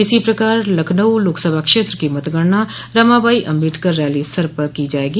इसी प्रकार लखनऊ लोकसभा क्षेत्र की मतगणना रमाबाई अम्बेडकर रैली स्थल पर की जायेगी